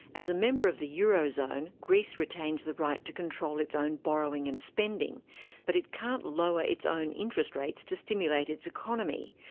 as a member of the eurozone, greece retains the right to control its own borrowing and spending but it cannot lower its own interest rates to stimulate its economy,